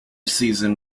season